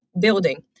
building